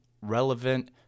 relevant